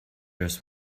just